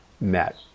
met